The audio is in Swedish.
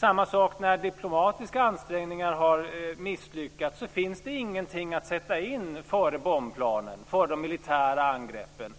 Samma sak gäller när diplomatiska ansträngningar har misslyckats. Då finns det ingenting att sätta in före bombplanen, före de militära angreppen.